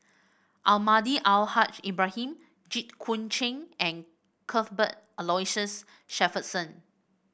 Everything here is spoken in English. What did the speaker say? Almahdi Al Haj Ibrahim Jit Koon Ch'ng and Cuthbert Aloysius Shepherdson